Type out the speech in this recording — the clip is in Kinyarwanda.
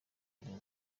kuri